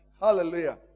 Hallelujah